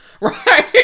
right